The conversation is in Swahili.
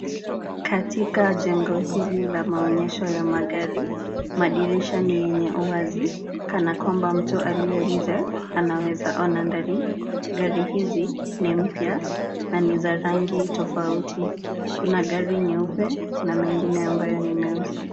Katika jengo hili la maonyesho ya magari, madirisha ni yenye uwazi kama kwamba mtu aliye nje anaweza ona ndani. Gari hizi ni mpya na ni za rangi tofauti. Kuna rangi nyeupe na mengine ambayo ni meusi.